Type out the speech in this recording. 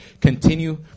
Continue